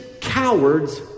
cowards